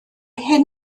hyn